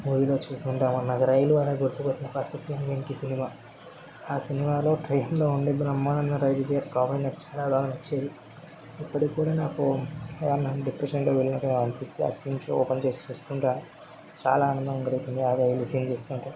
మూవీలో చుస్తూ ఉంటాము నాకు రైలు అనే గుర్తుకు వచ్చే ఫస్టు సినిమా వెంకీ సినిమా ఆ సినిమాలో ట్రైన్లో ఉండే ఇద్దరు అమ్మానాన్నలు రవితేజ కామెడీ నాకు బాగా నచ్చింది ఇప్పుడికి కూడా నాకు డిప్రెషన్లో వెళ్ళినప్పుడు అనిపిస్తుంది ఆ సీన్ చూ ఓపెన్ చేసి చూస్తుంటే చాలా ఆనందం కలుగుతుంది అదే రైలు ఆ సీన్ చూస్తుంటే